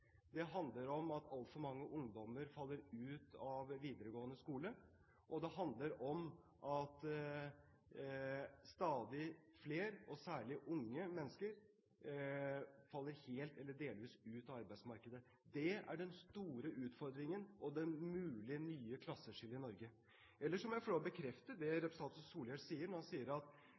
Det handler om at altfor mange ungdommer faller ut av videregående skole, og det handler om at stadig flere, og særlig unge mennesker, faller helt eller delvis ut av arbeidsmarkedet. Det er den store utfordringen og det mulig nye klasseskillet i Norge. Ellers må jeg få lov å bekrefte det representanten Solhjell sier, at